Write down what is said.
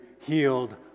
healed